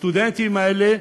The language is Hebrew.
הסטודנטים האלה,